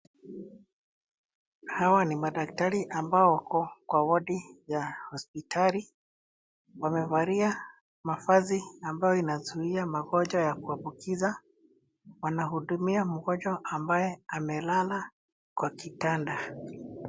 Hawa ni madaktari amabo wako kwa wodi ya hospitali. Wamevalia mavazi ambayo inazuia magonjwa ya kuambukiza. Wanahudumia mgonjwa ambaye amelala kwa kitanda.